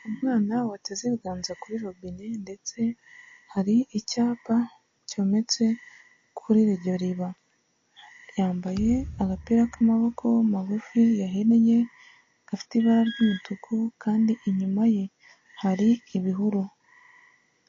Umwana wateze ibiganza kuri robine ndetse hari icyapa cyometse kuri iryo riba, yambaye agapira k'amaboko magufi yahinnye gafite ibara ry'umutuku kandi inyuma ye hari ibihuru.